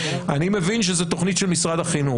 אני מבין שזה תוכנית של משרד החינוך.